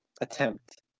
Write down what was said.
attempt